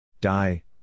Die